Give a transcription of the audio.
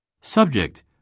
Subject